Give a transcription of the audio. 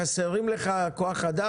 חסר לך כוח אדם?